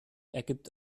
ergibt